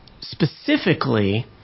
specifically